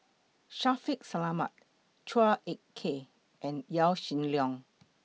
Shaffiq Selamat Chua Ek Kay and Yaw Shin Leong